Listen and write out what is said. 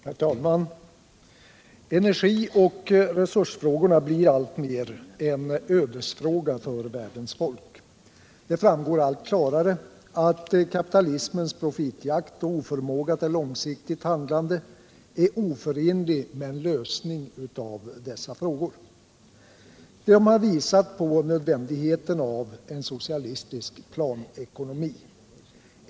Herr talman! Energioch resursfrågorna blir alltmer en ödesfråga för världens folk. Det framgår allt klarare att kapitalismens profitjakt och oförmåga till långsiktigt handlande är oförenlig med en lösning av dessa frågor. De har visat på nödvändigheten av en socialistisk planekonomi.